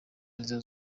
arizo